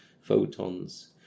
photons